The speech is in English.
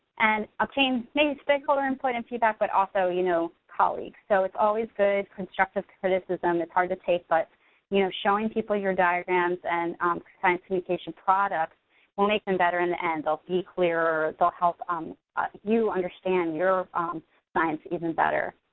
and obtain maybe stakeholder input and feedback, but also you know colleagues. so it's always good constructive criticism, it's hard to take, but you know showing people your diagrams and science communication products will make them better in the end, they'll be clearer, they'll help um you understand your science even better.